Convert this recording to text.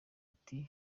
ati